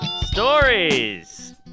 Stories